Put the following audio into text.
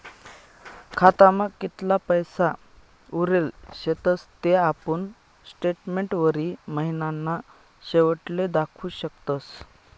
खातामा कितला पैसा उरेल शेतस ते आपुन स्टेटमेंटवरी महिनाना शेवटले दखु शकतस